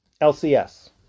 LCS